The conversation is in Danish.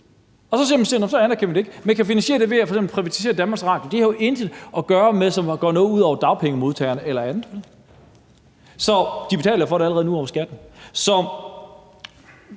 kan f.eks. finansiere det ved at privatisere Danmarks Radio. Det har jo intet at gøre med noget, som går ud over dagpengemodtagerne eller andre. De betaler jo allerede for det nu over skatten.